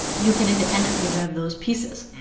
you can independently rev those pieces.